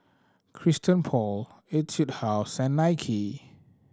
Christian Paul Etude House and Nike